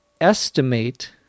estimate